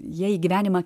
jie į gyvenimą